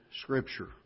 Scripture